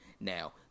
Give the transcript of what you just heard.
Now